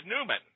Newman